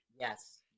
Yes